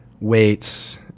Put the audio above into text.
weights